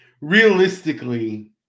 realistically